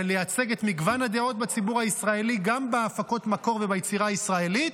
לייצג את מגוון הדעות בציבור הישראלי גם בהפקות מקור וביצירה ישראלית,